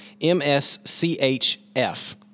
MSCHF